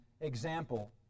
example